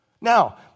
Now